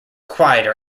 quieter